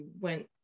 went